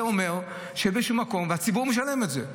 זה אומר שבאיזשהו מקום הציבור משלם את זה,